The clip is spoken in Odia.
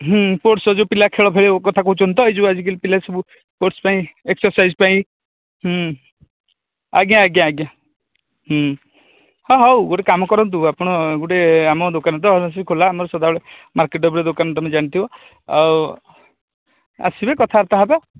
ହୁଁ ସ୍ପୋର୍ଟସ ଯେଉଁ ପିଲା ଖେଳ ଫେଳ କଥା କହୁଛନ୍ତି ତ ଆଜି କାଲି ଯେଉଁ ପିଲା ଯେଉଁ ସ୍ପୋର୍ଟସ ପାଇଁ ଏକ୍ସରସାଇଜ ପାଇଁ ହୁଁ ଆଜ୍ଞା ଆଜ୍ଞା ହଁ ହେଉ ଗୋଟିଏ କାମ କରନ୍ତୁ ଆପଣ ଆମ ଦୋକାନ ତ ସଦାବେଳେ ଖୋଲା ମାର୍କେଟ ଉପରେ ଦୋକାନ ତୁମେ ଜାଣିଥିବ ଆଉ ଆସିଲେ କଥାବାର୍ତ୍ତା ହେବା